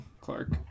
clark